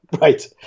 Right